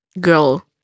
girl